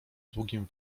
długim